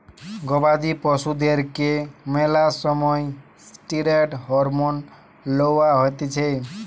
গবাদি পশুদেরকে ম্যালা সময় ষ্টিরৈড হরমোন লওয়া হতিছে